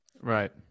Right